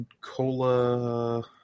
Cola